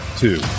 two